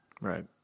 Right